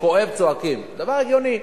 כשכואב צועקים, דבר הגיוני.